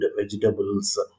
vegetables